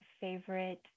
favorite